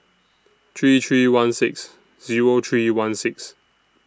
three three one six Zero three one six